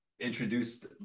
introduced